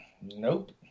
Nope